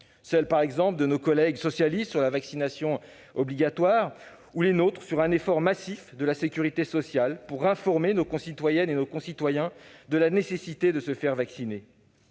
exemple celle de nos collègues socialistes sur la vaccination obligatoire ou la nôtre sur un effort massif de la sécurité sociale pour informer nos concitoyennes et nos concitoyens de la nécessité de se faire vacciner.